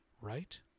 right